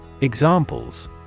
Examples